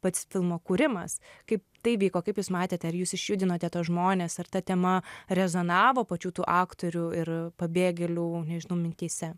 pats filmo kūrimas kaip tai vyko kaip jūs matėte ar jūs išjudinote tuos žmones ar ta tema rezonavo pačių tų aktorių ir pabėgėlių nežinau mintyse